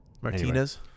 Martinez